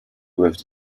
with